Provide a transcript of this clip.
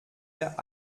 der